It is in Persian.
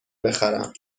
بخرم